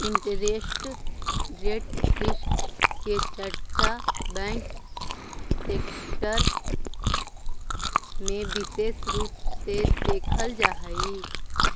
interest rate risk के चर्चा bank sector में विशेष रूप से देखल जा हई